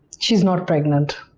she's not pregnant.